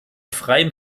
freien